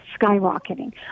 skyrocketing